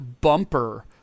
bumper